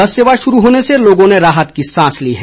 बस सेवा शुरू होने से लोगों ने राहत की सांस ली है